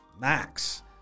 Max